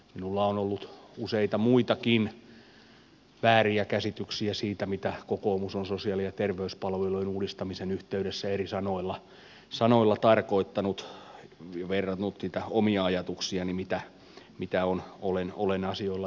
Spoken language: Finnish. minulla on ollut useita muitakin vääriä käsityksiä siitä mitä kokoomus on sosiaali ja terveyspalvelujen uudistamisen yhteydessä eri sanoilla tarkoittanut ja olen verrannut niitä omiin ajatuksiini mitä olen asioilla ymmärtänyt